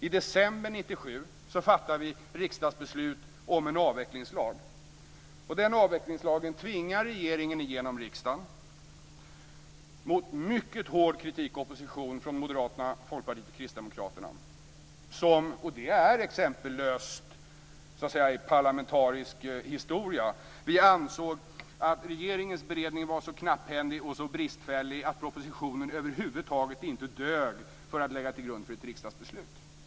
I december 1997 fattade vi ett riksdagsbeslut om en avvecklingslag. Den avvecklingslagen tvingade regeringen igenom riksdagen mot en mycket hård kritik och opposition från Moderaterna, Folkpartiet och Kristdemokraterna. Det är exempellöst i parlamentarisk historia. Vi ansåg att regeringens beredning var så knapphändig och så bristfällig att propositionen över huvud taget inte dög till att ligga till grund för ett riksdagsbeslut.